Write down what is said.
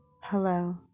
Hello